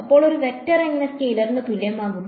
അപ്പോൾ ഒരു വെക്റ്റർ എങ്ങനെ സ്കെയിലറിന് തുല്യമാകും